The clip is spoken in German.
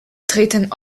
treten